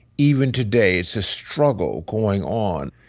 even today, it's a struggle going on.